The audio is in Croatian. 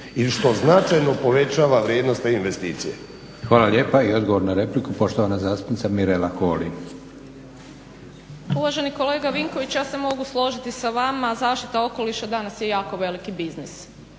i što značajno povećava vrijednost te investicije. **Leko, Josip (SDP)** Hvala lijepa. I odgovor na repliku poštovana zastupnica Mirela Holy. **Holy, Mirela (SDP)** Uvaženi kolega Vinković ja se mogu složiti sa vama, zaštita okoliša danas je jako veliki biznis.